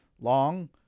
long